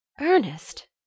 Ernest